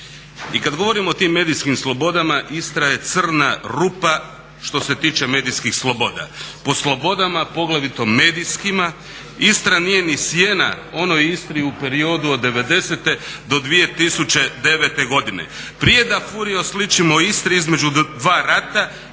i kad govorimo o tim medijskim slobodama Istra je crna rupa što se tiče medijskih sloboda. Po slobodama, poglavito medijskim, Istra nije ni sjena onoj Istri u periodu od '90. do 2009. godine. Prije da Furio sličimo Istri između dva rata